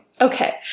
Okay